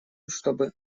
чтобы